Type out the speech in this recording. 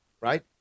Right